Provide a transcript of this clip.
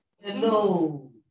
Hello